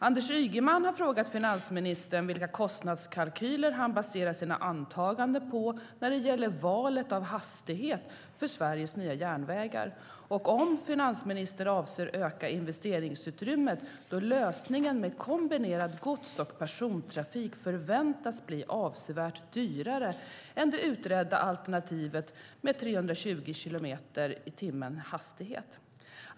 Anders Ygeman har frågat finansministern vilka kostnadskalkyler han baserar sina antaganden på när det gäller valet av hastighet för Sveriges nya järnvägar och om finansministern avser att öka investeringsutrymmet, då lösningen med kombinerad gods och persontrafik förväntas bli avsevärt dyrare än det utredda alternativet med en hastighet på 320 kilometer i timmen.